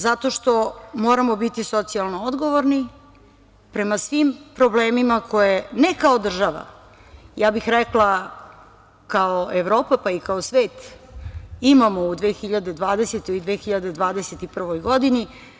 Zato što moramo biti socijalno odgovorni prema svim problemima koje ne kao država, ja bih rekla kao Evropa, pa i kao svet, imamo u 2020. i 2021. godini.